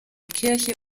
kirche